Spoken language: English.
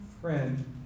friend